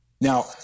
Now